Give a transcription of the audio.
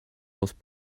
was